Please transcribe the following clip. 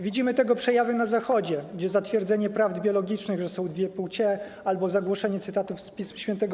Widzimy tego przejawy na Zachodzie, gdzie za stwierdzenie prawdy biologicznej, że są dwie płcie, albo za głoszenie cytatów z pism św.